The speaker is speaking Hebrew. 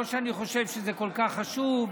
לא שאני חושב שזה כל כך חשוב,